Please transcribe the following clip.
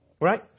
Right